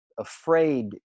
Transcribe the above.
afraid